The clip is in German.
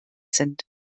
sind